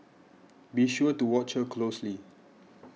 be sure to watch her closely